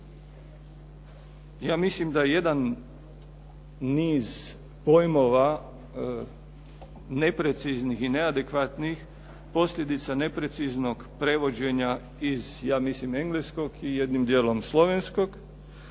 ja mislim da jedan niz pojmova nepreciznih i neadekvatnih, posljedica nepreciznog prevođenja ja mislim iz engleskog i jednim dijelom slovenskog